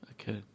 Okay